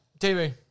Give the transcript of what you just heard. TV